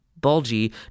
bulgy